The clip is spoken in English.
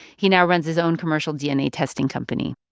he now runs his own commercial dna testing company